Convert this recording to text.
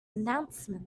announcement